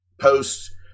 posts